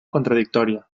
contradictòria